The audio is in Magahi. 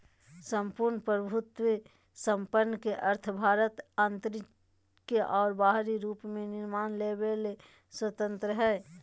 सम्पूर्ण प्रभुत्वसम्पन् के अर्थ भारत आन्तरिक और बाहरी रूप से निर्णय लेवे ले स्वतन्त्रत हइ